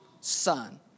Son